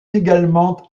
également